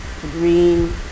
green